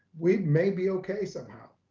we may be okay somehow.